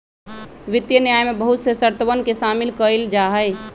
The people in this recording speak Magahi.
वित्तीय न्याय में बहुत से शर्तवन के शामिल कइल जाहई